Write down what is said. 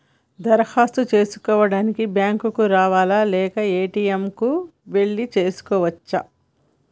దరఖాస్తు చేసుకోవడానికి బ్యాంక్ కు రావాలా లేక ఏ.టి.ఎమ్ కు వెళ్లి చేసుకోవచ్చా?